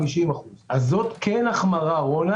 זאת הדוגמה שלך, לא שלי.